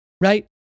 right